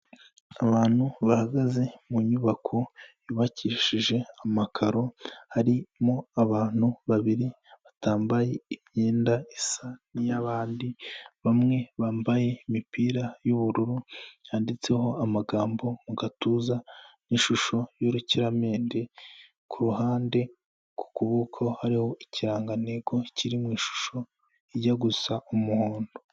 Abantu bahagaze mu nyubako yubakishije amakaro, harimo abantu babiri batambaye imyenda isa n'iy'abandi bamwe bambaye imipira y'ubururu yanditseho amagambo mu gatuza n'ishusho y'urukiramende kuruhande ku kuboko hariho ikirangantego kiri mu ishusho ijya gusa umuhondo.